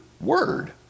word